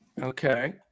Okay